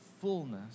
fullness